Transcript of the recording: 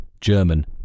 German